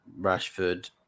Rashford